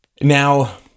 Now